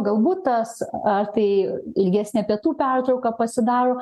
galbūt tas ar tai ilgesnė pietų pertrauka pasidaro